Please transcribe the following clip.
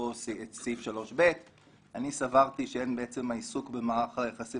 סעיף 3ב. אני סברתי שאין בעצם העיסוק במערך היחסים